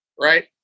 right